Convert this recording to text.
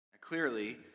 Clearly